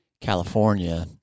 California